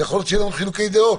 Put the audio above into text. יכול להיות שיהיו לנו חילוקי דעות,